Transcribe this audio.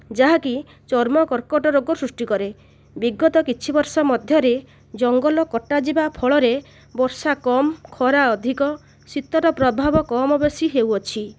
ଯାହାକି ଚର୍ମ କର୍କଟ ରୋଗ ସୃଷ୍ଟି କରେ ବିଗତ କିଛି ବର୍ଷ ମଧ୍ୟରେ ଜଙ୍ଗଲ କଟା ଯିବା ଫଳରେ ବର୍ଷା କମ୍ ଖରା ଅଧିକ ଶୀତର ପ୍ରଭାବ କମ ବେଶୀ ହେଉଅଛି